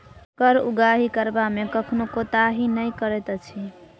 कर उगाही करबा मे कखनो कोताही नै करैत अछि